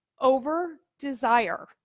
over-desire